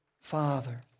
father